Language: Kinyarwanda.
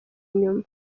inyuma